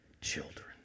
children